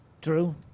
Drew